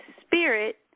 spirit